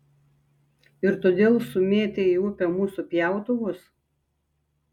ir todėl sumėtei į upę mūsų pjautuvus